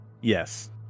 Yes